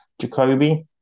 Jacoby